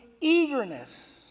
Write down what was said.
eagerness